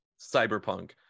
cyberpunk